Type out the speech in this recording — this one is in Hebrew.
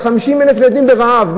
זה 50,000 ילדים ברעב,